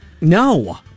No